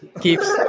Keeps